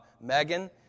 Megan